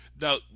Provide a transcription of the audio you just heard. Now